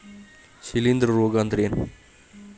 ಶಿಲೇಂಧ್ರ ರೋಗಾ ಅಂದ್ರ ಏನ್?